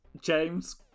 James